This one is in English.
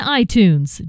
iTunes